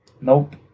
Nope